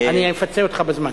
אני אפצה אותך בזמן.